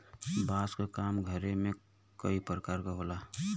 बांस क काम घरे में कई परकार से होला